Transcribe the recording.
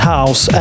House